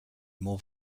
more